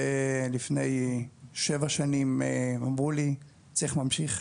ולפני שבע שנים הם אמרו לי "צריך ממשיך,